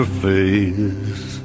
face